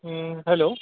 hello